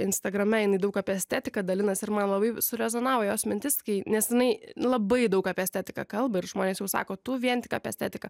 instagrame jinai daug apie estetiką dalinasi ir man labai surezonavo jos mintis kai nes jinai labai daug apie estetiką kalba ir žmonės jau sako tu vien tik apie estetiką